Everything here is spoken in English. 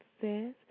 says